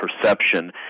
perception